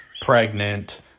pregnant